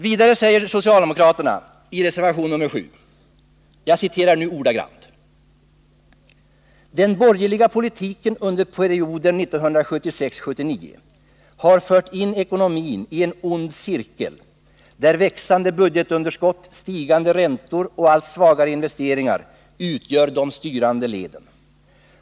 Vidare säger socialdemokraterna följande i reservation nr 7: ”Den borger liga politiken under perioden 1976-1979 har fört in ekonomin i en ond cirkel där växande budgetunderskott, stigande räntor och allt svagare investeringar utgör de styrande leden.